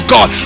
God